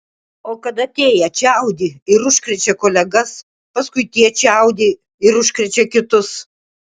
o kad atėję čiaudi ir užkrečia kolegas paskui tie čiaudi ir užkrečia kitus